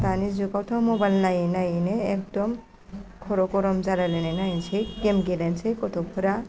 दानि जुगावथ' मबाइल नायै नायैनो एकद'म खर' गर'म जालायलायनाय नायनोसै गेम गेलेनेसै गथ'फोरा